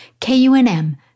KUNM